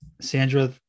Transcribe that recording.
Sandra